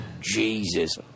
Jesus